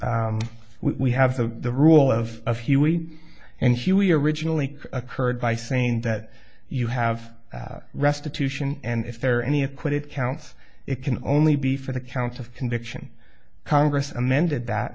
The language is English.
e we have the rule of a few weeks and she we originally occurred by saying that you have restitution and if there are any acquitted counts it can only be for the count of conviction congress amended that